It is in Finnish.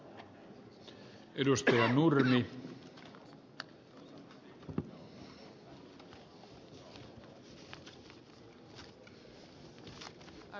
arvoisa puhemies